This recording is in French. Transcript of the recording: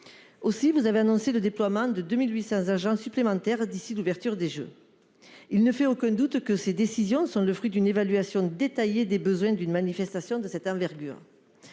Aussi, vous avez annoncé le déploiement de 2800 agents supplémentaires d'ici d'ouverture des Jeux. Il ne fait aucun doute que ces décisions sont le fruit d'une évaluation détaillée des besoins d'une manifestation de cette envergure.